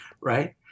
Right